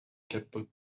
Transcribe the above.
capote